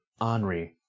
Henri